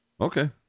Okay